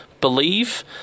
Believe